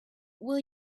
will